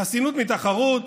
חסינות מתחרות,